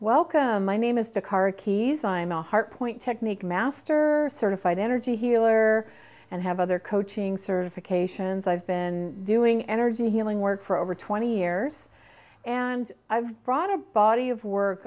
welcome my name is de car keys i'm a heart point technique master certified energy healer and have other coaching certifications i've been doing energy healing work for over twenty years and i've brought a body of work